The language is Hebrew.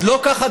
לא כך הדבר.